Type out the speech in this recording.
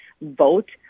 vote